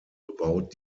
bebaut